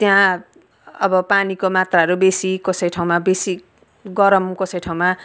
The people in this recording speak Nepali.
त्यहाँ अब पानीको मात्रहरू बेसी कसै ठाउँमा बेसी गरम कसै ठाउँमा